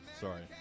Sorry